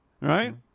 right